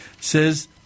says